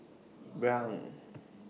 Braun